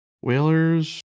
Whalers